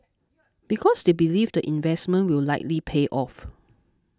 because they believe the investment will likely pay off